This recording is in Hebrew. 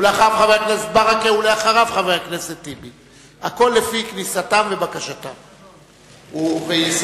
אחריו, חבר הכנסת ברכה, ואחריו, חבר הכנסת טיבי.